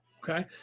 Okay